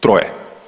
Troje.